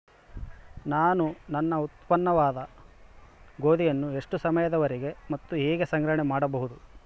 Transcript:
ನಾನು ನನ್ನ ಉತ್ಪನ್ನವಾದ ಗೋಧಿಯನ್ನು ಎಷ್ಟು ಸಮಯದವರೆಗೆ ಮತ್ತು ಹೇಗೆ ಸಂಗ್ರಹಣೆ ಮಾಡಬಹುದು?